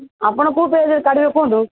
ଆପଣ କୋଉ ପେଜ୍ରେ କାଢ଼ିବେ କୁହନ୍ତୁ